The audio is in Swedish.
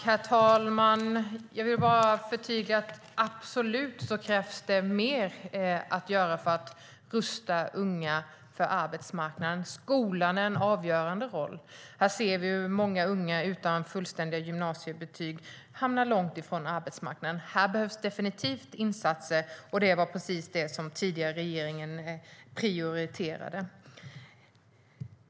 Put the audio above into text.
Herr talman! Jag vill bara förtydliga att det absolut krävs att man gör mer för att rusta unga för arbetsmarknaden. Skolan har en avgörande roll. Vi ser att många unga utan fullständiga gymnasiebetyg hamnar långt från arbetsmarknaden. Här behövs det definitivt insatser, och det var precis det som den tidigare regeringen prioriterade.